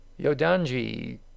Yodanji